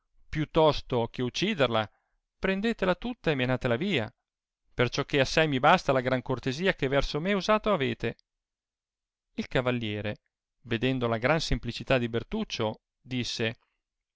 tosto che ucciderla prendetela tutta e menatela via perciò che assai mi basta la gran cortesia che verso me usata avete il cavalliere vedendo la gran semplicità di bertuccio disse